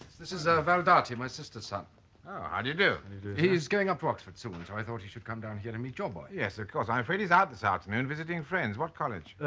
this is val dartie my sister son oh how do you do he is going up to oxford soon so i thought he should come down here to meet your boy. yes of course. i'm afraid he's out this afternoon visiting friends. what college?